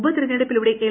ഉപ്പതെരഞ്ഞെടുപ്പിലൂടെ L